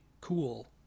cool